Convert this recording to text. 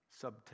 subtext